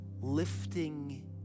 lifting